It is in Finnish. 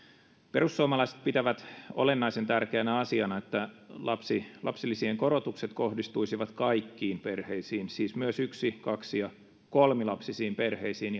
perussuomalaiset pitävät olennaisen tärkeänä asiana että lapsilisien korotukset kohdistuisivat kaikkiin perheisiin siis myös yksi kaksi ja kolmilapsisiin perheisiin